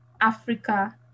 Africa